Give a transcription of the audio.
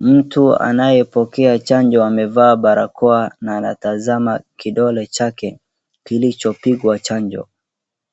Mtu anayepokea chanjo amevaa barakoa na anatazama kidole chake kilichopigwa chanjo.